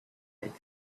night